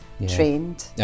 trained